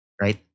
Right